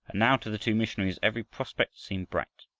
now to the two missionaries every prospect seemed bright.